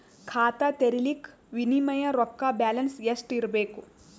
ಖಾತಾ ತೇರಿಲಿಕ ಮಿನಿಮಮ ರೊಕ್ಕ ಬ್ಯಾಲೆನ್ಸ್ ಎಷ್ಟ ಇರಬೇಕು?